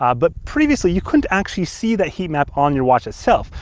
um but previously you couldn't actually see that heat map on your watch itself.